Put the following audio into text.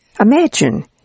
Imagine